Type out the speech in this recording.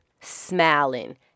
smiling